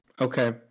Okay